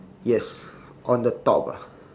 yes on the top ah